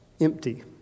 empty